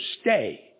stay